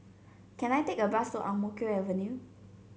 can I take a bus to Ang Mo Kio Avenue